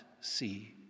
see